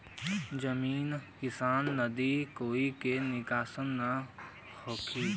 जमीन किसान नदी कोई के नुकसान न होये